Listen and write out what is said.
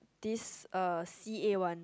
this er C_A one